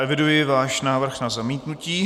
Eviduji váš návrh na zamítnutí.